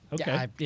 Okay